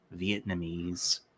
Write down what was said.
Vietnamese